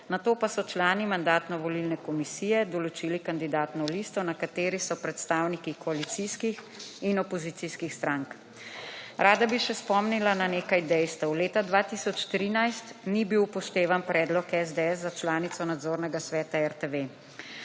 nato pa so člani Mandatno-volilne komisije določili kandidatno listo, na kateri so predstavniki koalicijskih in opozicijskih strank. Rada bi še spomnila na nekaj dejstev. Leta 2013 ni bil upoštevan predlog SDS za članico nadzornega sveta RTV.